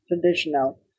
traditional